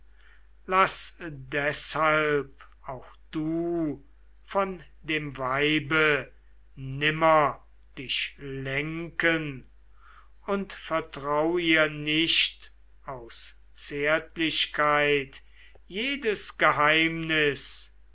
laß deshalben auch du von dem weibe nimmer dich lenken und vertrau ihr nicht aus zärtlichkeit jedes geheimnis